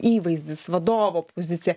įvaizdis vadovo pozicija